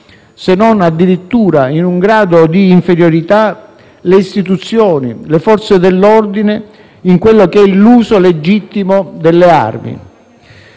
se non addirittura in un grado di inferiorità le istituzioni e le Forze dell'ordine nell'uso legittimo delle armi.